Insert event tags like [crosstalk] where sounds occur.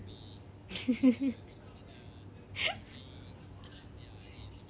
[laughs]